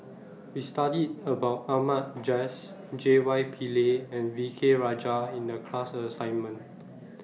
We studied about Ahmad Jais J Y Pillay and V K Rajah in The class assignment